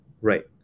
Right